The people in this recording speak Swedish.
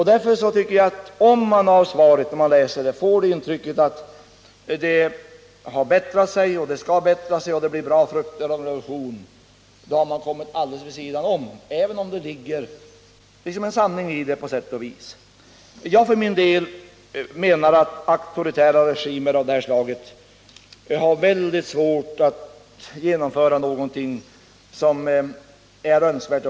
Därför tycker jag att om man när man läser svaret får intrycket att det har blivit bättre, att det skall bli bättre och att det blir bra frukter av en revolution, då har man kommit alldeles vid sidan om — även om det på sätt och vis ligger en sanning i det. Jag för min del menar att auktoritära regimer av detta slag har väldigt svårt att genomföra någonting som är önskvärt.